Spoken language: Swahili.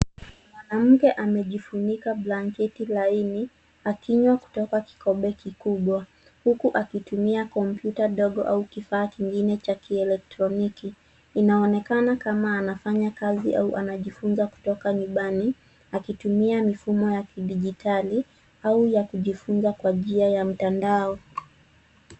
Mwanamke amejifunika blanketi laini akinywa kutoka kikombe kikubwa huku akitumia kompyuta ndogo au kifaa kingine cha kielektroniki. Inaonekana kama anafanya kazi au anajifunza kutoka nyumbani akitumia mifumo ya kidijitali au ya kujifunza kwa njia ya mtandao.